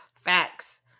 Facts